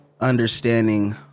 understanding